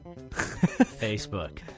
Facebook